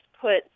put